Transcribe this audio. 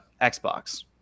Xbox